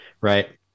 Right